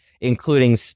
including